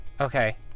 okay